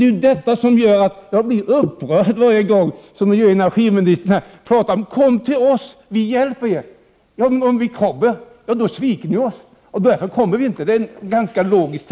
Det är detta som gör att jag blir upprörd varje gång som miljöoch energiministern här säger: Kom till oss, så skall vi hjälpa er! Om vi kommer, sviker ni oss, och därför kommer vi inte. Det är ganska logiskt.